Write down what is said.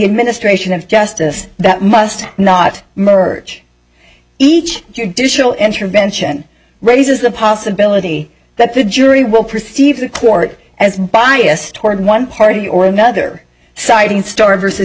administration of justice that must not merge each judicial intervention raises the possibility that the jury will perceive the court as biased toward one party or another citing starr versus